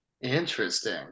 Interesting